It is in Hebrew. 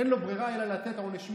אין לו ברירה אלא לתת עונש מינימום,